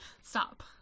stop